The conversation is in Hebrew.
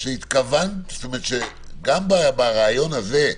שלזה התכוונתי, גם ברעיון הזה,